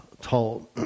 told